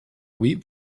wheat